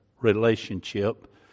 relationship